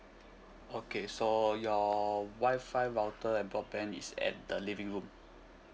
okay so your Wi-Fi router and broadband is at the living room